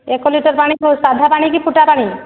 ଏକ ଲିଟର୍ ପାଣି ସାଧା ପାଣି କି ଫୁଟା ପାଣି